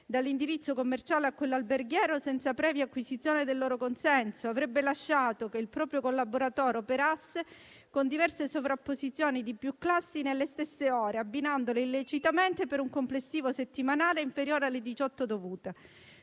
dall'indirizzo commerciale a quello alberghiero senza previa acquisizione del loro consenso; avrebbe lasciato che il proprio collaboratore operasse con diverse sovrapposizioni di più classi nelle stesse ore, abbinandolo illecitamente per un complessivo settimanale inferiore alle diciotto